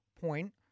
point